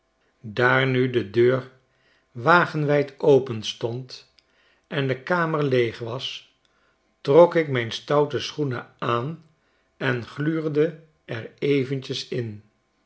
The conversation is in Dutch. daar nu de deur wagenwijd openstond en de kamer leeg was trok ik mijn stoute schoenen aan en gluurde er eventjes in